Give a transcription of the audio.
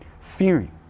fearing